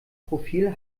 profil